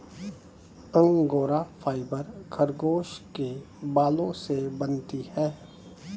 angora fibre खरगोश के बालों से बनती है